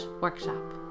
workshop